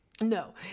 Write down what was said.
No